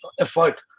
effort